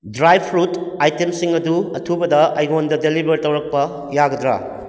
dry fruit ꯑꯥꯏꯇꯦꯝꯁꯤꯡ ꯑꯗꯨ ꯑꯊꯨꯕꯗ ꯑꯩꯉꯣꯟꯗ ꯗꯦꯂꯤꯚꯔ ꯇꯧꯔꯛꯄ ꯌꯥꯒꯗ꯭ꯔꯥ